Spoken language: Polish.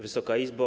Wysoka Izbo!